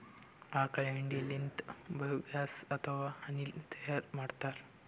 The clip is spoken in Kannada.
ಆಕಳ್ ಹೆಂಡಿ ಲಿಂತ್ ಬಯೋಗ್ಯಾಸ್ ಅಥವಾ ಅನಿಲ್ ತೈಯಾರ್ ಮಾಡ್ತಾರ್